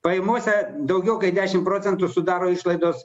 pajamose daugiau kaip dešim procentų sudaro išlaidos